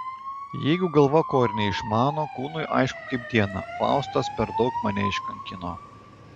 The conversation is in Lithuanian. jeigu galva ko ir neišmano kūnui aišku kaip dieną faustas per daug mane iškankino